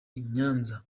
nyanza